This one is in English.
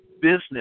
business